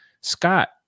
Scott